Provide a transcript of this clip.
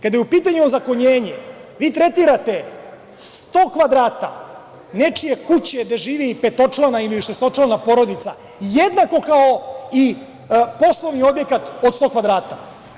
Kada je u pitanju ozakonjenje, vi tretirate 100 kvadrata nečije kuće gde živi petočlana ili šestočlana porodica jednako kao i poslovni objekat od 100 kvadrata.